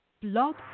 Blog